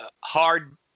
hard